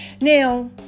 Now